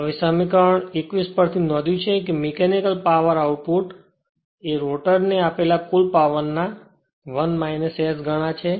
હવે સમીકરણ 21 પર થી નોંધ્યું છે કે મીકેનિકલ આઉટપુટ પાવર એ રોટરને આપેલા કુલ પાવર ના o1 S ગણા છે